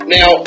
Now